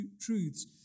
truths